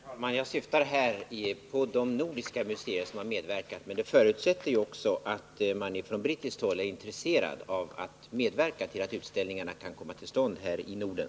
Herr talman! Jag syftar på de nordiska museer som har medverkat. Men en förutsättning är givetvis att man från brittiskt håll är intresserad av att utställningen kan visas här i Norden.